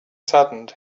saddened